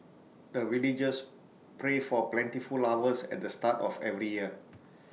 the villagers pray for plentiful harvest at the start of every year